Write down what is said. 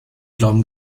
glauben